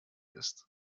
ist